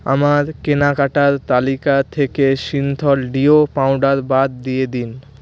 আমার কেনাকাটার তালিকা থেকে সিন্থল ডিও পাউডার বাদ দিয়ে দিন